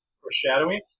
Foreshadowing